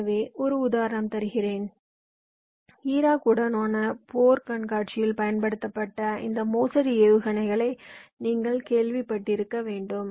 எனவே ஒரு உதாரணம் தருகிறேன் ஈராக் உடனான போர் கண்காட்சியில் பயன்படுத்தப்பட்ட இந்த மோசடி ஏவுகணைகளை நீங்கள் கேள்விப்பட்டிருக்க வேண்டும்